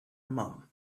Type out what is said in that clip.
mum